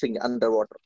underwater